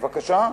יש אחד?